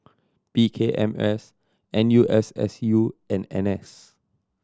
P K M S N U S S U and N S